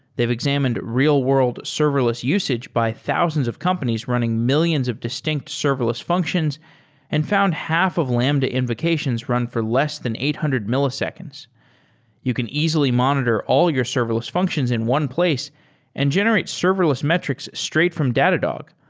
they've examined real-world serverless usage by thousands of companies running millions of distinct serverless functions and found half of lambda invocations run for less than eight hundred ms. you can easily monitor all your serverless functions in one place and generate serverless metrics straight from datadog.